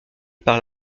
par